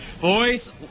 Boys